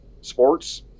sports